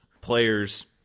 players